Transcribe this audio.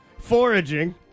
foraging